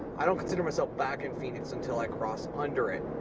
i don't consider myself back in phoenix until i cross under it.